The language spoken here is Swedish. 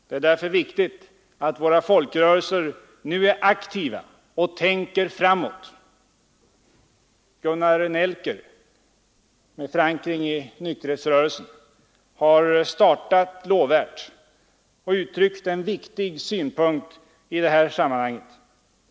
Det är därför viktigt att våra folkrörelser nu är aktiva och tänker framåt. Gunnar Nelker, med förankring i nykterhetsrörelsen, har startat lovvärt och uttryckt en viktig synpunkt i detta sammanhang.